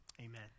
Amen